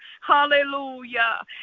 hallelujah